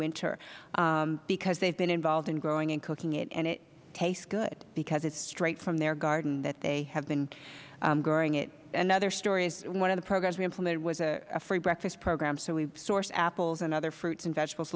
winter because they have been involved in growing it and cooking it and it tastes good because it is straight from their garden that they have been growing it another story is one of the programs we implemented was a free breakfast program so we would source apples and other fruits and vegetables